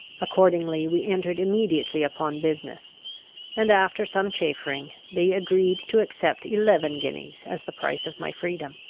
accordingly we entered immediately upon business and, after some chaffering, they agreed to accept eleven guineas as the price of my freedom.